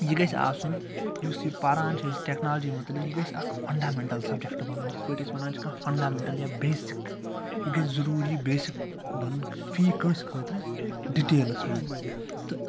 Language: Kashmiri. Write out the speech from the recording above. یہِ گَژھِ آسُن یُس یہِ پَران چھِ أسۍ ٹیٚکنالجی مُتعلِق یہِ گژھِ اکھ فَنڈَمینٹَل سَبجَکٹ بنُن یِتھ پٲٹھۍ أسۍ ونان چھِ کانٛہہ فَنڈَمینٹَل یا بیسِک یہِ گَژھِ ضٔروٗری بیسِک بَنُن فی کٲنٛسہِ خٲطرٕ ڈِٹیلَس مَنٛز تہٕ